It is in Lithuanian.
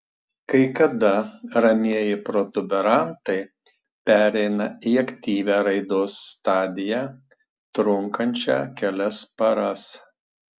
kai kada ramieji protuberantai pereina į aktyvią raidos stadiją trunkančią kelias paras